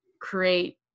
create